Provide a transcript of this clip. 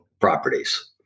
properties